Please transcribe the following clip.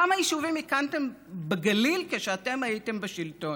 כמה יישובים הקמתם בגליל כשאתם הייתם בשלטון?